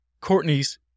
Courtney's